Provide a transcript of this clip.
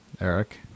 Eric